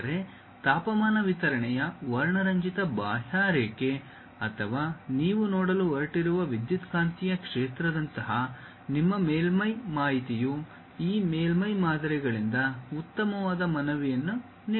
ಆದರೆ ತಾಪಮಾನ ವಿತರಣೆಯ ವರ್ಣರಂಜಿತ ಬಾಹ್ಯರೇಖೆ ಅಥವಾ ನೀವು ನೋಡಲು ಹೊರಟಿರುವ ವಿದ್ಯುತ್ಕಾಂತೀಯ ಕ್ಷೇತ್ರದಂತಹ ನಿಮ್ಮ ಮೇಲ್ಮೈ ಮಾಹಿತಿಯು ಈ ಮೇಲ್ಮೈ ಮಾದರಿಗಳಿಂದ ಉತ್ತಮವಾದ ಮನವಿಯನ್ನು ನೀಡುತ್ತದೆ